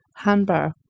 handbar